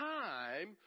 time